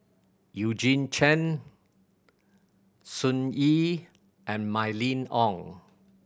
Eugene Chen Sun Yee and Mylene Ong